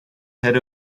head